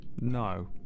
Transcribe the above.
No